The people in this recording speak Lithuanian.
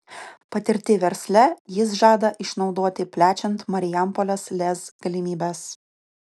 patirtį versle jis žada išnaudoti plečiant marijampolės lez galimybes